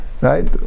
right